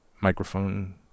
microphone